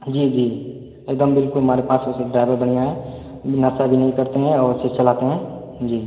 जी जी एकदम बिल्कुल हमारे पास ऐसे ड्राइवर बढ़िया है नशा भी नहीं करते हैं और सही चलाते हैं जी